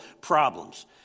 problems